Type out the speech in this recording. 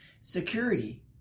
security